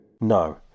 No